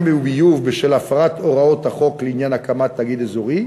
וביוב בשל הפרת הוראות החוק לעניין הקמת תאגיד אזורי,